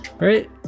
right